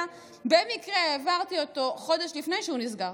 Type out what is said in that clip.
במקרה העברתי אותו חודש לפני שהוא נסגר.